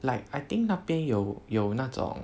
like I think 那边有有那种